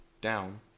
down